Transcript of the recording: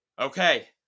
Okay